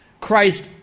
Christ